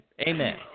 Amen